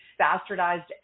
bastardized